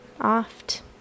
oft